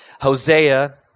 Hosea